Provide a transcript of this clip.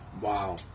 Wow